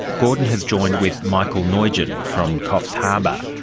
gordon has joined with michael nojin from coffs harbour.